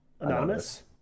anonymous